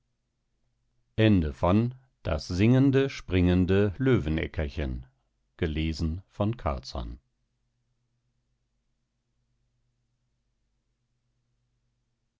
das singende klingende